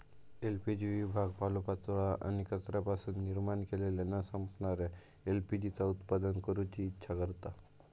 LPG विभाग पालोपाचोळो आणि कचऱ्यापासून निर्माण केलेल्या न संपणाऱ्या एल.पी.जी चा उत्पादन करूची इच्छा करता